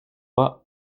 pas